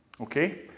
okay